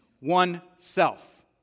oneself